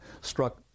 struck